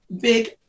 big